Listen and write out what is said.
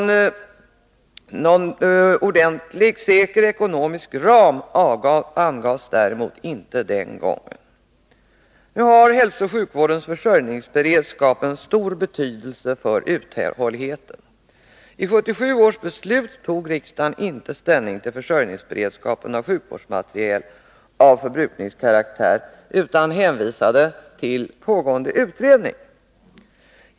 Någon ordentlig, säker ekonomisk ram angavs däremot inte den gången. Hälsooch sjukvårdens försörjningsberedskap har stor betydelse för uthålligheten. I 1977 års beslut tog riksdagen inte ställning till försörjningsberedskapen beträffande sjukvårdsmateriel av förbrukningskaraktär, utan man hänvisade till pågående utredning.